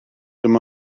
dim